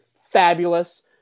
fabulous